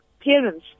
parents